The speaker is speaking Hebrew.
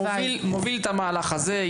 מוביל את המהלך הזה,